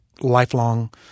lifelong